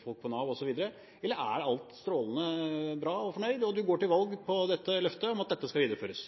folk på Nav osv., eller er alt strålende bra, man er fornøyd, og man går til valg på løftet om at dette skal videreføres?